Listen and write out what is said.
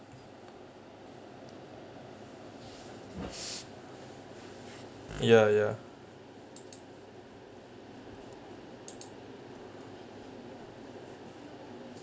ya ya